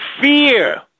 fear